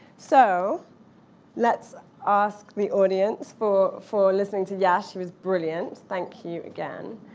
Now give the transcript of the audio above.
so let's ask the audience for for listening to yosh who was brilliant. thank you, again.